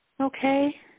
Okay